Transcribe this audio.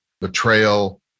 betrayal